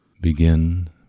Begin